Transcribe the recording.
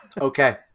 Okay